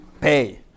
pay